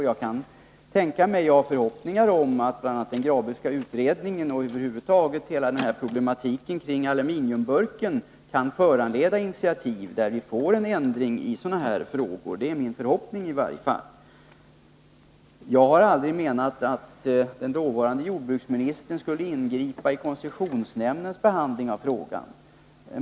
Jag har en förhoppning om att bl.a. den Graböska utredningen och över huvud taget undersökningen av problematiken kring den här aluminiumburken kan föranleda initiativ, så att vi får en ändring. Det är i varje fall min förhoppning. Jag har aldrig menat att den dåvarande jordbruksministern skulle ha ingripit i koncessionsnämndens behandling av frågan.